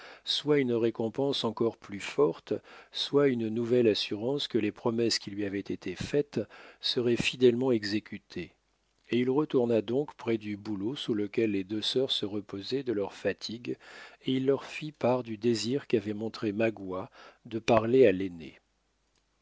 soit une récompense encore plus forte soit une nouvelle assurance que les promesses qui lui avaient été faites seraient fidèlement exécutées il retourna donc près du bouleau sous lequel les deux sœurs se reposaient de leurs fatigues et il leur fit part du désir qu'avait montré magua de parler à l'aînée